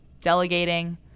delegating